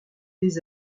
des